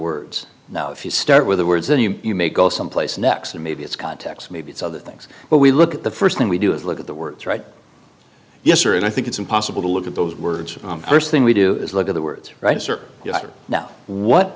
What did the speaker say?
words now if you start with the words then you may go someplace next and maybe it's context maybe it's other things but we look at the first thing we do is look at the words right yes sir and i think it's impossible to look at those words first thing we do is look at the words rights are now what